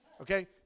okay